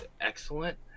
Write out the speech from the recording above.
excellent